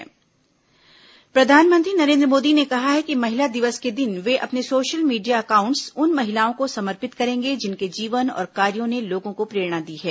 प्रधानमंत्री महिला दिवस प्रधानमंत्री नरेन्द्र मोदी ने कहा है कि महिला दिवस के दिन वे अपने सोशल मीडिया अकाउंट्स उन महिलाओं को समर्पित करेंगे जिनके जीवन और कार्यो ने लोगों को प्रेरणा दी है